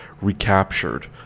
recaptured